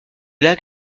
lac